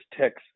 text